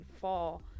fall